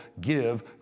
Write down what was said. give